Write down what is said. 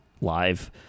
live